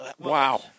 Wow